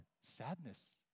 sadness